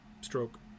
stroke